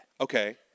Okay